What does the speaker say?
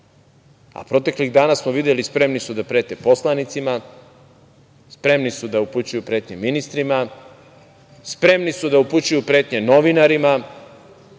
a proteklih dana smo videli, spremni su da prete poslanicima, spremni su da upućuju pretnje ministrima, spremni su da upućuje pretnje novinarima,